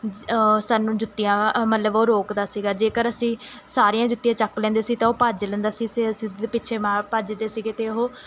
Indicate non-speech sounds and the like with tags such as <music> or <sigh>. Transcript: ਸਾਨੂੰ ਜੁੱਤੀਆਂ ਮਤਲਬ ਉਹ ਰੋਕਦਾ ਸੀਗਾ ਜੇਕਰ ਅਸੀਂ ਸਾਰੀਆਂ ਜੁੱਤੀਆਂ ਚੱਕ ਲੈਂਦੇ ਸੀ ਤਾਂ ਉਹ ਭੱਜ ਲੈਂਦਾ ਸੀ <unintelligible> ਪਿੱਛੇ ਮਾ ਭੱਜਦੇ ਸੀਗੇ ਅਤੇ ਉਹ